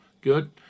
Good